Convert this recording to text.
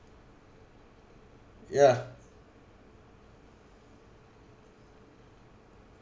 yeah